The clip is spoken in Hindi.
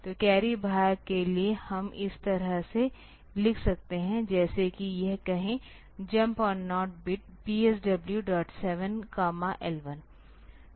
तो कैरी भाग के लिए हम इस तरह से लिख सकते हैं जैसे कि यह कहे Jump on not bit PSW7L1